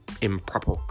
improper